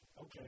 Okay